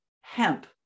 hemp